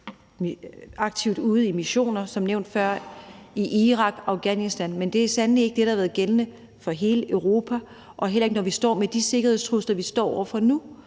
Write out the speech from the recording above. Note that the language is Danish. aktivt ude i missioner, som nævnt før bl.a. i Irak og Afghanistan. Men det er sandelig ikke det, der har været gældende for hele Europa, og heller ikke, når vi står med de sikkerhedstrusler, vi står over for nu,